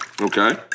Okay